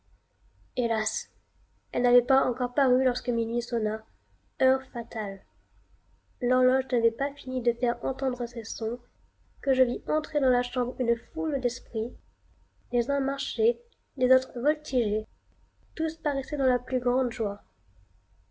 hélas elle n'avait pas encore paru lorsque minuit sonna heure fatale l'horloge n'avait pas fini de faire entendre ses sons que je vis entrer dans la chambre une foule d'esprits les uns marchaient les autres voltigeaient tous paraissaient dans la plus grande joie